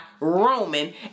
Roman